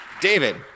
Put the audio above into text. David